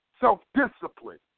self-discipline